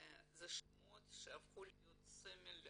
הם שמות שהפכו להיות סמל לעליה,